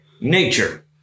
nature